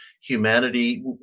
humanity